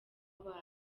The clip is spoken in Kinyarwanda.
abazi